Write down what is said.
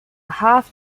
half